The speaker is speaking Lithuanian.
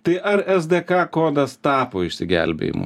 tai ar es de ka kodas tapo išsigelbėjimu